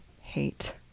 hate